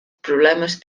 problemes